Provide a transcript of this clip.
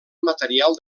material